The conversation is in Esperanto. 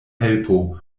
helpo